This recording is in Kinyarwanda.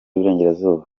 burengerazuba